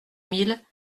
mille